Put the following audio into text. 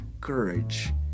courage